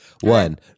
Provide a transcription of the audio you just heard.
One